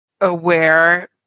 aware